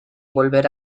volver